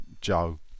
Joe